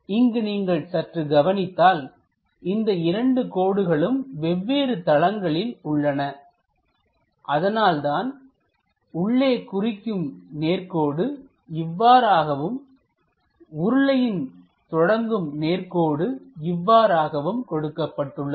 இங்கு நீங்கள் சற்று கவனித்தால் இந்த இரண்டு கோடுகளும் வெவ்வேறு தளங்களில் உள்ளன அதனால் தான் உள்ளே குறிக்கும் நேர்கோடு இவ்வாறு ஆகவும் உருளையின் தொடங்கும் நேர்க்கோடு இவ்வாறு ஆகவும் கொடுக்கப்பட்டுள்ளது